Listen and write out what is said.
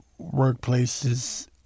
workplaces